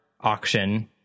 auction